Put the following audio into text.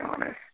honest